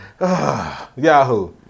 Yahoo